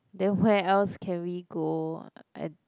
then where else can we go uh at